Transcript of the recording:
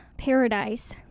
paradise